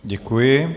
Děkuji.